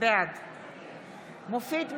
נגד אופיר אקוניס,